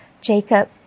Jacob